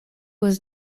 was